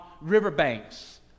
riverbanks